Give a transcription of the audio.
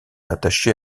attachée